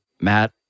Matt